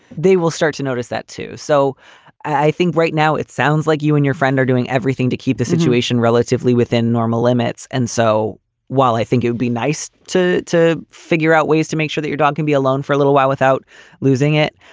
they will start to notice that, too. so i think right now it sounds like you and your friend are doing everything to keep the situation relatively within normal limits. and so while i think it be nice to to figure out ways to make sure that your dog can be alone for a little while without losing it,